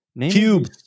Cube